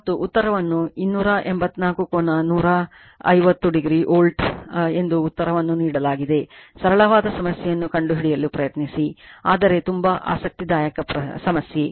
ಮತ್ತು ಉತ್ತರವನ್ನು 284 ಕೋನ 150o ವೋಲ್ಟ್ ಎಂದು ಉತ್ತರವನ್ನು ನೀಡಲಾಗಿದೆ ಸರಳವಾದ ಸಮಸ್ಯೆಯನ್ನು ಕಂಡುಹಿಡಿಯಲು ಪ್ರಯತ್ನಿಸಿ ಆದರೆ ತುಂಬಾ ಆಸಕ್ತಿದಾಯಕ ಸಮಸ್ಯೆ